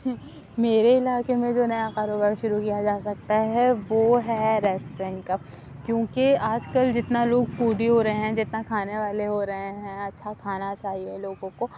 میرے علاقے میں جو نیا کاروبار شروع کیا جا سکتا ہے وہ ہے ریسٹورنٹ کا کیوں کہ آج کل جتنا لوگ فوڈی ہو رہے ہیں جتنا کھانے والے ہو رہے ہیں اچھا کھانا چاہیے لوگوں کو